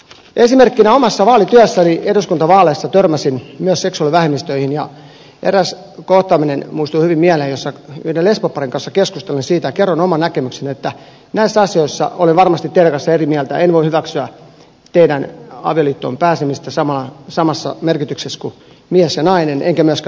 esimerkiksi omassa vaalityössäni eduskuntavaaleissa törmäsin myös seksuaalivähemmistöihin ja eräs kohtaaminen muistuu hyvin mieleen jossa yhden lesboparin kanssa keskustelin ja kerroin oman näkemykseni että näissä asioissa olen varmasti teidän kanssanne eri mieltä en voi hyväksyä teidän avioliittoon pääsemistänne samassa merkityksessä kuin mies ja nainen enkä myöskään lasten adoptiota